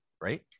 right